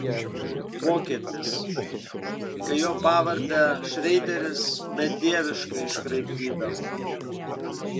vokietis kai jo pavardę šreideris bedieviškai iškraipydavo